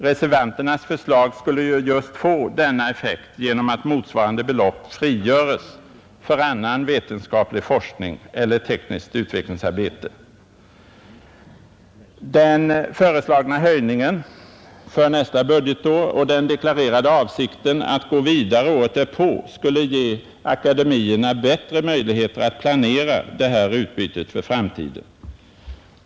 Reservanternas förslag skulle få just denna effekt genom att motsvarande belopp frigöres för annan vetenskaplig forskning eller för tekniskt utvecklingsarbete. Den föreslagna höjningen för nästa budgetår och den deklarerade avsikten att gå vidare året därpå skulle ge akademierna bättre möjligheter att planera utbytet för framtiden.